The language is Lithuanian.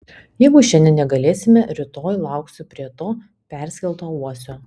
jeigu šiandien negalėsime rytoj lauksiu prie to perskelto uosio